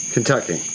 Kentucky